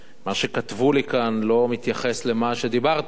שמה שכתבו לי כאן לא מתייחס למה שאמרתם,